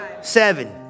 Seven